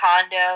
condo